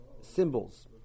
symbols